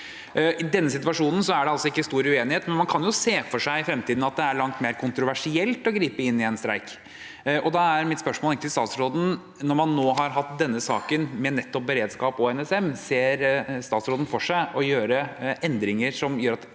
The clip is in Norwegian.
I denne situasjonen er det altså ikke stor uenighet, men man kan jo se for seg at det i fremtiden er langt mer kontroversielt å gripe inn i en streik. Da er mitt spørsmål til statsråden: Når man nå har hatt denne saken, med nettopp beredskap og NSM, ser statsråden for seg å gjøre endringer som gjør at